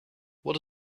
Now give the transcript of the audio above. what